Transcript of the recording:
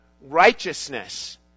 righteousness